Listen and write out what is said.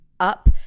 Up